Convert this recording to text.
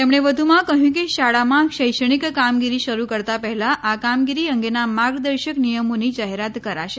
તેમણે વધુમાં કહ્યું કે શાળામાં શૈક્ષણિક કામગીરી શરૂ કરતાં પહેલાં આ કામગીરી અંગેના માર્ગદર્શક નિયમોની જાહેરાત કરાશે